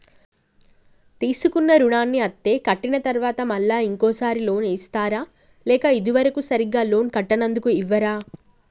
తీసుకున్న రుణాన్ని అత్తే కట్టిన తరువాత మళ్ళా ఇంకో సారి లోన్ ఇస్తారా లేక ఇది వరకు సరిగ్గా లోన్ కట్టనందుకు ఇవ్వరా?